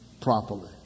properly